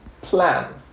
plan